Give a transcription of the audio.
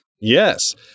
Yes